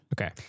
Okay